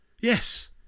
Yes